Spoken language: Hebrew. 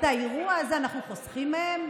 את האירוע הזה אנחנו חוסכים מהם?